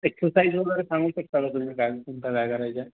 exercise वगैरे सांगू शकता का तुम्ही काय कोणता काय करायच्या